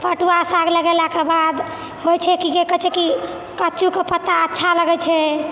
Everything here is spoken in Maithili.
पटुवा साग लगेलाके बाद होइ छै कि कहै छै कि कचुके पत्ता अच्छा लगै छै